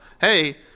hey